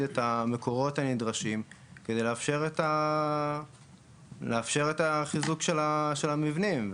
את המקורות הנדרשים כדי לאפשר את החיזוק של המבנים.